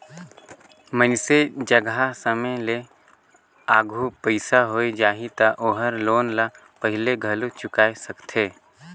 मइनसे जघा समे ले आघु पइसा होय जाही त ओहर लोन ल पहिले घलो चुकाय सकथे